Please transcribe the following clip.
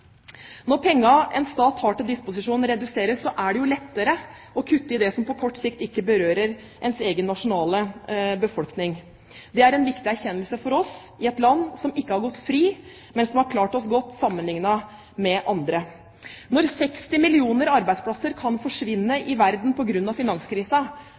Når pengene som en stat har til disposisjon, reduseres, er det lettere å kutte i det som på kort sikt ikke berører ens egen nasjonale befolkning. Det er en viktig erkjennelse for oss i et land som ikke har gått fri, men som har klart seg godt sammenlignet med andre. Når 60 millioner arbeidsplasser kan forsvinne i verden på grunn av